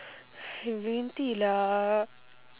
green tea lah